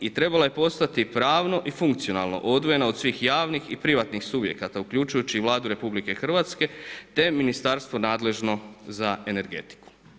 I trebala je postati pravno i funkcionalno odvojena od svih javnih i privatnih subjekata uključujući Vladu RH, te ministarstvo nadležno za energetiku.